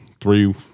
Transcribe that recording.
three